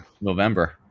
November